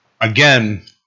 Again